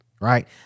Right